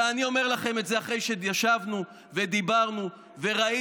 ואני אומר לכם את זה אחרי שישבנו ודיברנו וראינו.